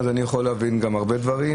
אז אני יכול להבין גם הרבה דברים,